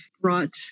brought